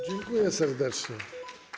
Dziękuję serdecznie.